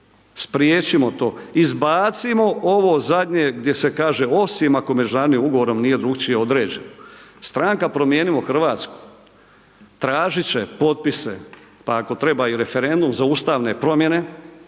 spriječimo to, izbacimo ovo zadnje gdje se kaže osim ako međunarodnim ugovorom drukčije određeno. Stranka Promijenimo Hrvatsku tražit će potpise pa ako treba i referendum za ustavne promjene,